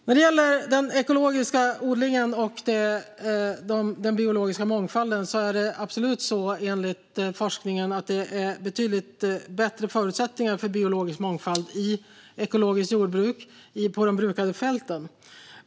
När det gäller den ekologiska odlingen och den biologiska mångfalden är det, enligt forskningen, absolut bättre förutsättningar för biologisk mångfald i ekologiskt jordbruk på de brukade fälten.